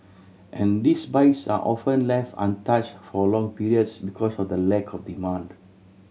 and these bikes are often left untouched for long periods because of the lack of demand